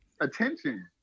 Attention